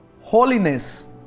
Holiness